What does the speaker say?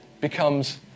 becomes